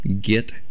get